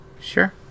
Sure